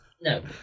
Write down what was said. No